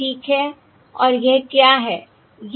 और यह क्या है